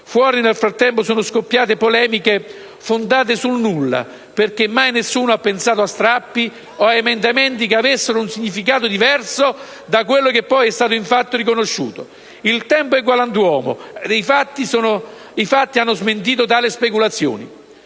Fuori, nel frattempo, sono scoppiate polemiche fondate sul nulla, perché mai nessuno ha pensato a strappi o ad emendamenti che avessero un significato diverso da quello che poi è stato infatti riconosciuto; il tempo è galantuomo ed i fatti hanno smentito tali speculazioni.